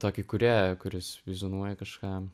tokį kūrėją kuris vizionuoja kažką